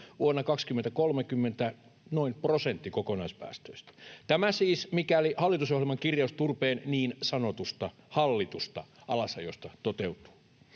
vuonna 2030 noin prosentti kokonaispäästöistä — tämä siis mikäli hallitusohjelman kirjaus turpeen niin sanotusta hallitusta alasajosta toteutuu.